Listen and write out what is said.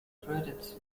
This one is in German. credit